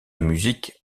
musique